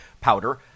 powder